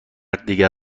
دیگر